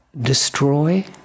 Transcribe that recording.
destroy